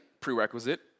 prerequisite